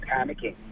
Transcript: panicking